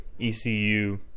ECU